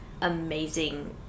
amazing